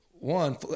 one